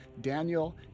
Daniel